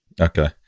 Okay